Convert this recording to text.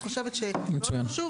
במקרה שהמפקח הצמוד לא עשה את תפקידו,